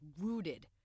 rooted